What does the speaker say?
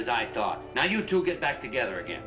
it i thought now you do get back together again